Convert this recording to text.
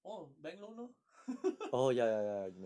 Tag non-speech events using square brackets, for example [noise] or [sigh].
orh bank loan lor [laughs] [breath]